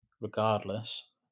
regardless